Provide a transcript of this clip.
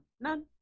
None